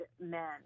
men